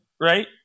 right